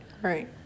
Right